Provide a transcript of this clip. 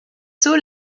sceaux